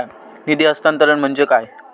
निधी हस्तांतरण म्हणजे काय?